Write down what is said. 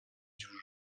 dziurze